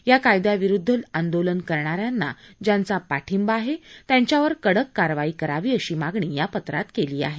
या कायद्यांविरुद्ध आंदोलन करणाऱ्यांना ज्यांचा पाठिबा आहे त्यांच्यावर कडक कारवाई करावी अशी मागणी या पत्रात केली आहे